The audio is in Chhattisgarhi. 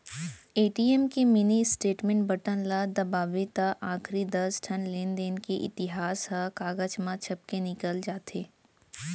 ए.टी.एम के मिनी स्टेटमेंट बटन ल दबावें त आखरी दस ठन लेनदेन के इतिहास ह कागज म छपके निकल जाथे